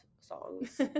songs